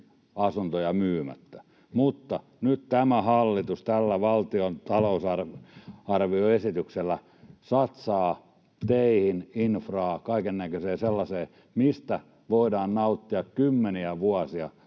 asuntoja myymättä. Mutta nyt tämä hallitus tällä valtion talousarvioesityksellä satsaa teihin, infraan, kaikennäköiseen sellaiseen, mistä voidaan nauttia kymmeniä vuosia